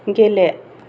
गेले